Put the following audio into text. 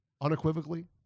unequivocally